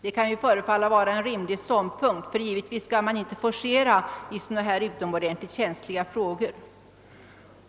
Det kan ju förefalla vara en rimlig ståndpunkt, ty givetvis skall man inte forcera i en så utomordentligt känslig fråga.